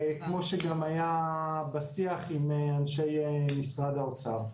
כמו שגם היה בשיח עם אנשי משרד האוצר.